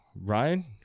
Ryan